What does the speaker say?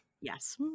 Yes